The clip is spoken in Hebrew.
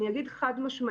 אני אגיד חד-משמעית,